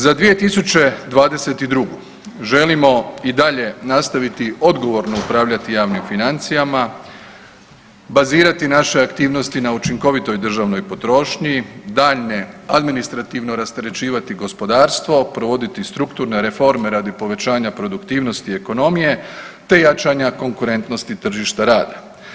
Za 2022. želimo i dalje nastaviti odgovorno upravljati javnim financijama, bazirati naše aktivnosti na učinkovitoj državnoj potrošnji, daljnje administrativno rasterećivati gospodarstvo, provoditi strukturne reforme radi povećanja produktivnosti ekonomije te jačanja konkurentnosti tržišta rada.